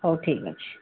ହଉ ଠିକ୍ ଅଛି